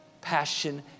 Passion